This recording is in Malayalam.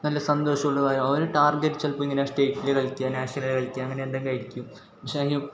നല്ല സന്തോഷമുള്ളതായ ഓന് ടാർഗെറ്റ് ചിലപ്പോൾ ഇങ്ങനെ സ്റ്റേറ്റിൽ കളിക്കുക നാഷണലിൽ കളിക്കുക അങ്ങനെ എന്തെങ്കിലും ആയിരിക്കും പക്ഷെ അതിന്